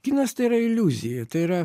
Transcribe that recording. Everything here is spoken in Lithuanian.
kinas tai yra iliuzija tai yra